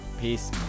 Peace